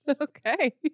Okay